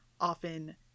often